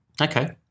Okay